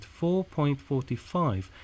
4.45